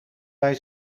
bij